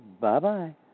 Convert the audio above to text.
Bye-bye